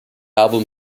album